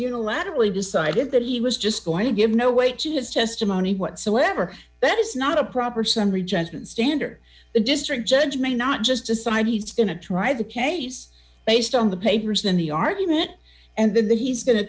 unilaterally decided that he was just going to give no way to his testimony whatsoever that is not a proper summary judgment standard the district judge may not just decide he's going to try the case based on the papers than the argument and then that he's go